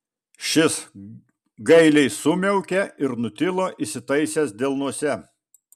šis gailiai sumiaukė ir nutilo įsitaisęs delnuose